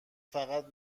فقط